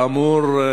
כאמור,